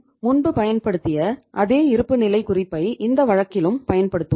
நாம் முன்பு பயன்படுத்திய அதே இருப்புநிலைக் குறிப்பை இந்த வழக்கிலும் பயன்படுத்துவோம்